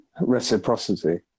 reciprocity